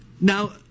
Now